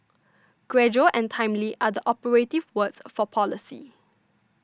gradual and timely are the operative words for policy